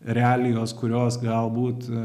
realijos kurios galbūt